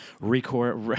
record